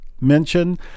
mention